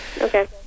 okay